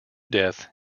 death